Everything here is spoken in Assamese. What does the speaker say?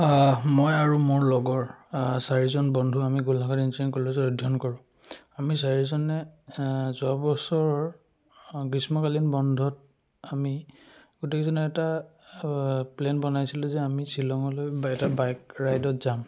মই আৰু মোৰ লগৰ চাৰিজন বন্ধু আমি গোলাঘাট ইঞ্জিনিয়াৰিং কলেজত অধ্যয়ন কৰোঁ আমি চাৰিজনে যোৱা বছৰৰ গ্ৰীষ্মকালীন বন্ধত আমি গোটেইকজনে এটা প্লেন বনাইছিলোঁ যে আমি শ্বিলঙলৈ বা এটা বাইক ৰাইডত যাম